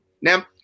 Now